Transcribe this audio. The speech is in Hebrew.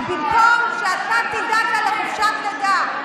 אז במקום שאתה תדאג לה לחופשת לידה,